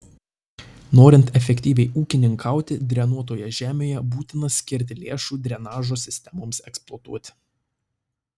norint efektyviai ūkininkauti drenuotoje žemėje būtina skirti lėšų drenažo sistemoms eksploatuoti